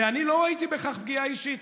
ואני לא ראיתי בכך פגיעה אישית,